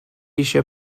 eisiau